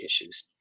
issues